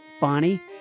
Bonnie